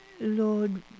Lord